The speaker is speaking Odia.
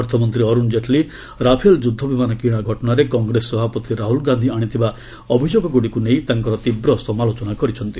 ଅର୍ଥମନ୍ତ୍ରୀ ଅରୁଣ ଜେଟଲୀ ରାଫେଲ ଯୁଦ୍ଧ ବିମାନ କିଣା ଘଟଣାରେ କଂଗ୍ରେସ ସଭାପତି ରାହ୍ରଳ ଗାନ୍ଧୀ ଆଶିଥିବା ଅଭିଯୋଗଗୁଡିକୁ ନେଇ ତାଙ୍କର ତୀବ୍ର ସମାଲୋଚନା କରିଛନ୍ତି